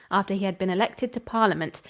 after he had been elected to parliament.